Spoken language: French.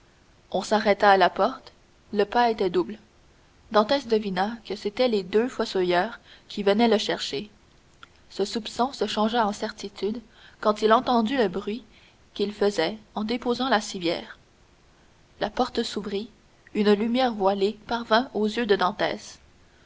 on s'arrêta à la porte le pas était double dantès devina que c'étaient les deux fossoyeurs qui le venaient chercher ce soupçon se changea en certitude quand il entendit le bruit qu'ils faisaient en déposant la civière la porte s'ouvrit une lumière voilée parvint aux yeux de dantès